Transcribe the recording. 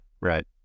right